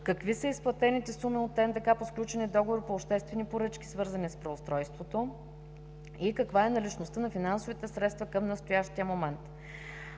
какви са изплатените суми от НДК по сключените договори по обществени поръчки, свързани с преустройството и каква е наличността на финансовите средства към настоящия момент?